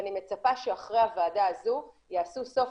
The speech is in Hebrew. ואני מצפה שאחרי הוועדה הזו יעשו סוף